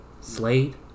Slade